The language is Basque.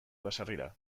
baserrira